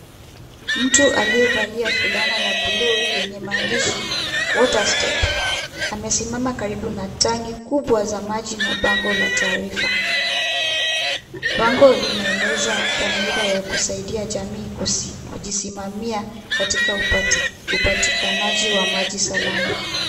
Mtu aliyevalia fulana ya blue yenye maandishi, (cs)water step(cs), amesimama karibu na tangi kubwa za maji na bango la taarifa, bango linaeleza thamira ya kusaidia jamii kusimamia, kujisimamia katika, upatikanaji wa maji salama.